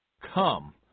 Come